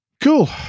cool